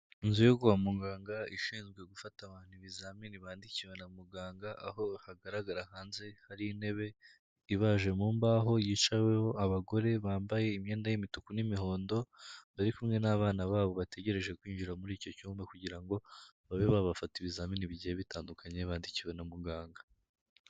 Inzu yo kwa muganga ishinzwe gufata abantu ibizamini bandikiwe na muganga, aho hagarara hanze hari intebe ibaje mu mbaho yiciweho abagore bambaye imyenda y'imituku n'imihondo, bari kumwe n'abana babo bategereje kwinjira muri icyo cyumba kugira ngo, babe babafata ibizamini bigiye bitandukanye bandikiwe na muganga.